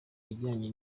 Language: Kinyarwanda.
bijanye